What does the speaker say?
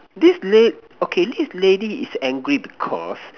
this la~ okay this lady is angry because